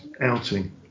outing